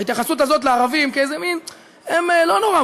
ההתייחסות הזאת לערבים כאיזה מין: לא נורא,